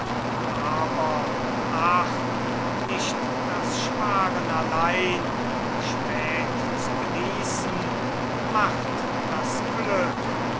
aber ach nicht das sparen allein um spät zu genießen macht das glück